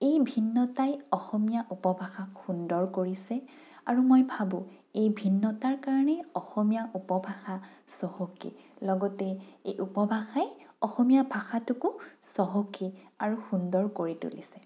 এই ভিন্নতাই অসমীয়া উপভাষাক সুন্দৰ কৰিছে আৰু মই ভাবোঁ এই ভিন্নতাৰ কাৰণে অসমীয়া উপভাষা চহকী লগতে এই উপভাষাই অসমীয়া ভাষাটোকো চহকী আৰু সুন্দৰ কৰি তুলিছে